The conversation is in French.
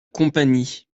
compagnie